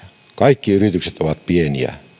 kaikki yritykset ovat pieniä